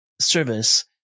service